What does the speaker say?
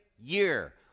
year